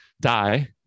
die